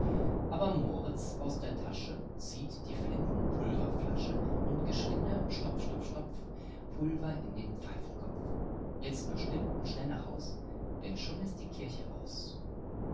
aber moritz aus der tasche zieht die flintenpulverflasche und geschwinde stopf stopf stopf pulver in den pfeifenkopf jetzt nur still und schnell nach haus denn schon ist die kirche aus